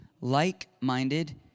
like-minded